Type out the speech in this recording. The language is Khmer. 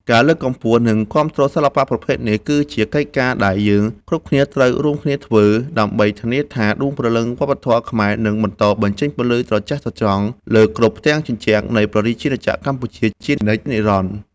ការលើកកម្ពស់ និងគាំទ្រសិល្បៈប្រភេទនេះ គឺជាកិច្ចការដែលយើងគ្រប់គ្នាត្រូវរួមគ្នាធ្វើ ដើម្បីធានាថាដួងព្រលឹងវប្បធម៌ខ្មែរនឹងបន្តបញ្ចេញពន្លឺត្រចះត្រចង់លើគ្រប់ផ្ទាំងជញ្ជាំងនៃព្រះរាជាណាចក្រកម្ពុជាជានិច្ចនិរន្តរ៍។